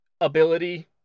ability